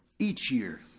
each year,